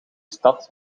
stad